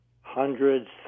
hundreds